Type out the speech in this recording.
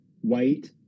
White